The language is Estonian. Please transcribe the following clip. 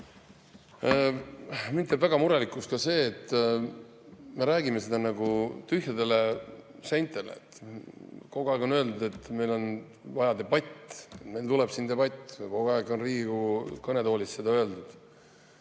Mind teeb väga murelikuks ka see, et me räägime seda nagu tühjadele seintele. Kogu aeg on öeldud, et meil on vaja debatti. Meil tuleb siin debatt, on kogu aeg Riigikogu kõnetoolist öeldud.